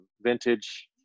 vintage